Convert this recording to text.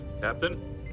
Captain